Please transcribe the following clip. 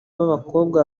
b’abakobwa